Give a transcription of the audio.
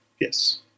Yes